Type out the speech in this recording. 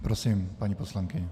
Prosím, paní poslankyně.